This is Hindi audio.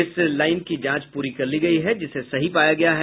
इस लाईन की जांच पूरी कर ली गयी है जिसे सही पाया गया है